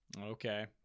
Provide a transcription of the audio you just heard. Okay